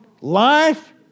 Life